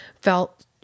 felt